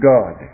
God